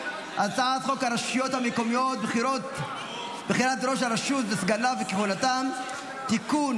הצעת חוק הרשויות המקומיות (בחירת ראש הרשות וסגניו וכהונתם) (תיקון,